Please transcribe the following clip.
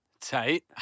Tight